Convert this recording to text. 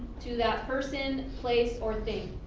to that person, place or.